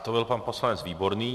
To byl pan poslanec Výborný.